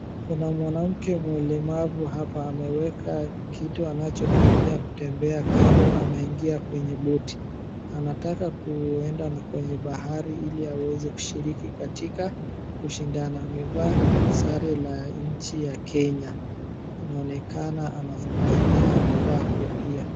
Kuna mwanamke mlemavu hapa ameweka kitu anachokitumia kutembea kando. Ameingia kwenye boti. Anataka kuenda kwenye bahari ili aweze kushiriki katika kushindana. Amevaa sare la nchi ya Kenya. Inaonekana anafurahia. Amevaa kofia.